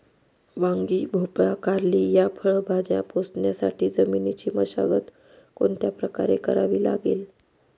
वांगी, भोपळा, कारली या फळभाज्या पोसण्यासाठी जमिनीची मशागत कोणत्या प्रकारे करावी लागेल?